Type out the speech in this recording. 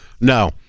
no